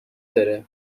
داره